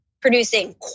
producing